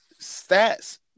stats